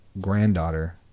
granddaughter